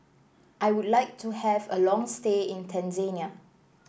I would like to have a long stay in Tanzania